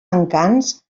encants